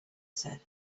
said